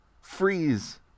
freeze